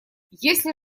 если